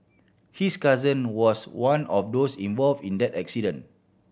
his cousin was one of those involve in that accident